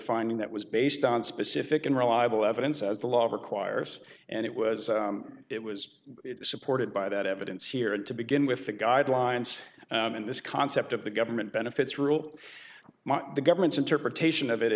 finding that was based on specific and reliable evidence as the law requires and it was it was supported by that evidence here and to begin with the guidelines in this concept of the government benefits rule the government's interpretation of it